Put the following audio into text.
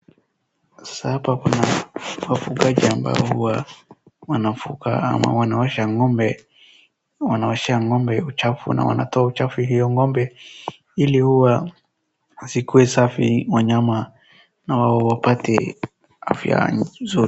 Sasa hapa kuna wafugaji ambao huwa wanafuga ama wanaosha ng'ombe wanaoshea ng'ombe uchafu na wanatoa uchafu hiyo ng'ombe ili huwa zikuwe safi wanyama na wao wapate afya nzuri.